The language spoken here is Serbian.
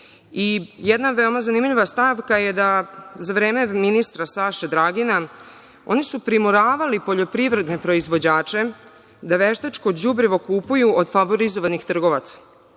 veoma zanimljiva stavka je da su za vreme ministra Saše Dragina oni primoravali poljoprivredne proizvođače da veštačko đubrivo kupuju od favorizovanih trgovaca